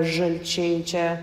žalčiai čia